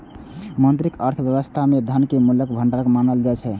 मौद्रिक अर्थव्यवस्था मे धन कें मूल्यक भंडार मानल जाइ छै